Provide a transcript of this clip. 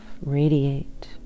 radiate